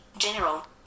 General